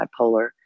bipolar